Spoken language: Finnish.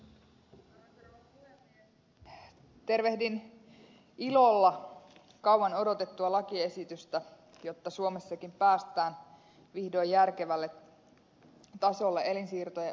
tervehdin ilolla kauan odotettua lakiesitystä jotta suomessakin päästään vihdoin järkevälle tasolle elinsiirtojen osalta